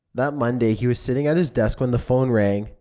that monday, he was sitting at his desk when the phone rang.